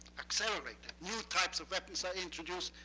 accelerated. new types of weapons are introduced.